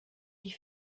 die